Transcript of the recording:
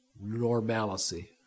normalcy